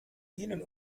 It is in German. ihnen